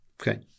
Okay